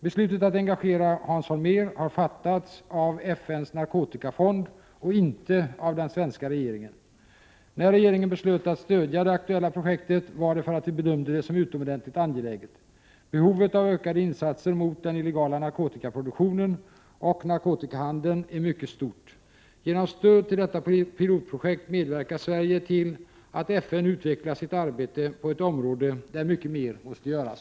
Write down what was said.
Beslutet att engagera Hans Holmér har fattats av FN:s narkotikafond och inte av den svenska regeringen. När regeringen beslöt att stödja det aktuella projektet var det för att vi bedömde det som utomordentligt angeläget. Behovet av ökade insatser mot den illegala narkotikaproduktionen och narkotikahandeln är mycket stort. Genom stöd till detta pilotprojekt medverkar Sverige till att FN utvecklar sitt arbete på ett område där mycket mer måste göras.